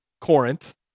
Corinth